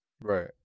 right